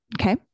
Okay